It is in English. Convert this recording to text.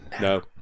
No